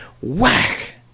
Whack